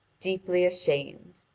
deeply ashamed.